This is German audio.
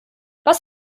was